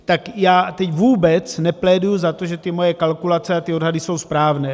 Tak já teď vůbec nepléduji za to, že ty moje kalkulace a odhady jsou správné.